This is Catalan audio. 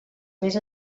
més